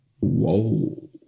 Whoa